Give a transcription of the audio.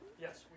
Yes